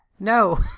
No